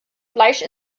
fleisch